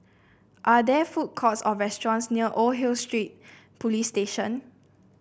are there food courts or restaurants near Old Hill Street Police Station